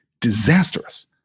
disastrous